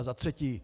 Za třetí.